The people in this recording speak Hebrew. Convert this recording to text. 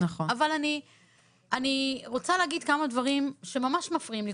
אבל אני רוצה להגיד כמה דברים שממש מפריעים לי.